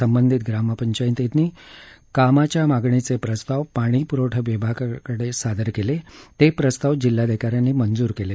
संबंधित ग्रामपंचायतींनी कामाच्या मागणीचे प्रस्ताव पाणीपुरवठा विभागाकडे सादर केले ते प्रस्ताव जिल्हाधिकाऱ्यांनी मंजूर केले